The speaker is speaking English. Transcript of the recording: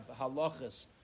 Halachas